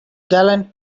gallant